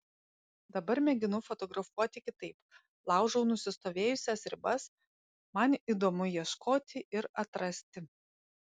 dabar mėginu fotografuoti kitaip laužau nusistovėjusias ribas man įdomu ieškoti ir atrasti